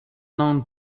known